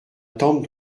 tante